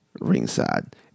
Ringside